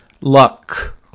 luck